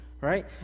right